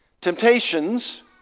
Temptations